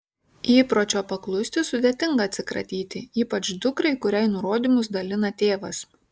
įpročio paklusti sudėtinga atsikratyti ypač dukrai kuriai nurodymus dalina tėvas